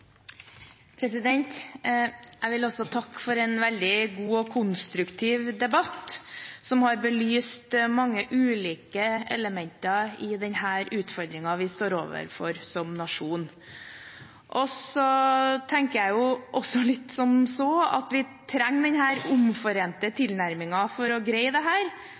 Jeg vil også takke for en veldig god og konstruktiv debatt som har belyst mange ulike elementer i den utfordringen vi står overfor som nasjon. Jeg tenker også som så at vi trenger denne omforente tilnærmingen for å greie